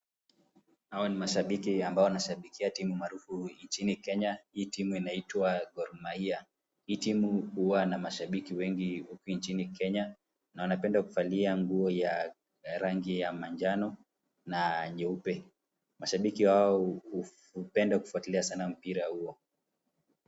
Hawa ni mashabiki ambao wanashabikia timu maarufu nchini Kenya. Hii timu inaitwa Gor Mahia. Hii timu huwa na mashabiki wengi huku nchini Kenya na wanapenda kuvalia nguo ya rangi ya manjano na nyeupe. Mashabiki hao hupenda kufuatilia sana mpira huo.